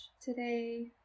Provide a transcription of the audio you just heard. today